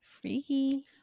Freaky